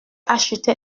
acheté